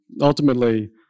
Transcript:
ultimately